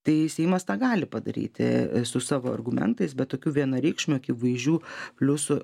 tai seimas tą gali padaryti su savo argumentais bet tokių vienareikšmių akivaizdžių pliusų